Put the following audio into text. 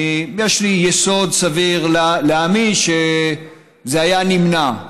יש לי יסוד סביר להאמין שזה היה נמנע,